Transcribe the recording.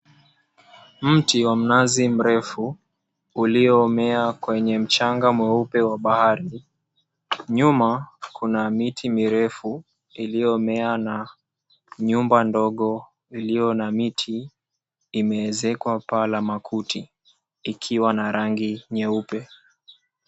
Mti wa mnazi mrefu ulioomea kwenye mchanga mweupe wa bahari. Nyuma kuna miti mirefu iliyoomea na nyumba ndogo iliyo na miti imeezekwa paa la makuti ikiwa na rangi nyeupe.